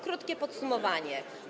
Krótkie podsumowanie.